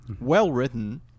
well-written